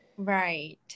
Right